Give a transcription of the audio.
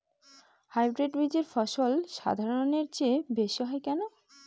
Hybrid বীজের ফলন সাধারণের চেয়ে বেশী হয় কেনো?